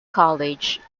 college